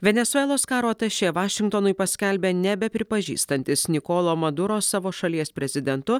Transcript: venesuelos karo atašė vašingtonui paskelbė nebe pripažįstantis nikolo maduro savo šalies prezidentu